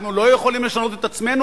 אנחנו לא יכולים לשנות את עצמנו,